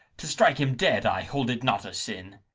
to strike him dead i hold it not a sin.